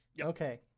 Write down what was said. Okay